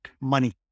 money